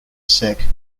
sick